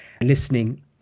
listening